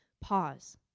pause